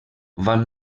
van